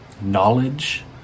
knowledge